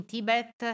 Tibet